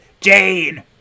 Jane